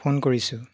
phone কৰিছোঁ